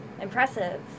impressive